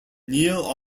neil